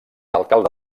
alcalde